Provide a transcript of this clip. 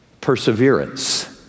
perseverance